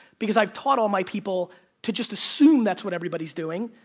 because i've taught all my people to just assume that's what everybody's doing.